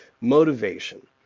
motivation